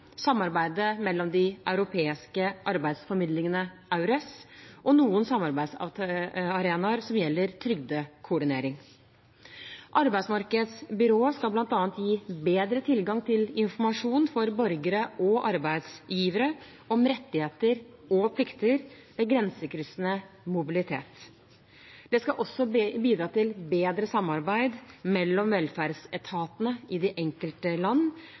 samarbeidet mellom de europeiske arbeidsformidlingene, EURES, og noen samarbeidsarenaer som gjelder trygdekoordinering. Arbeidsmarkedsbyrået skal bl.a. gi bedre tilgang til informasjon for borgere og arbeidsgivere om rettigheter og plikter ved grensekryssende mobilitet. Det skal også bidra til bedre samarbeid mellom velferdsetatene i de enkelte land,